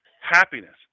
happiness